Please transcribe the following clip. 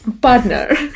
partner